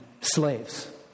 slaves